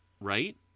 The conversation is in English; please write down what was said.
right